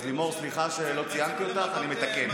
אז לימור, סליחה שלא ציינתי אותך, אני מתקן.